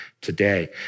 today